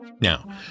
Now